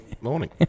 morning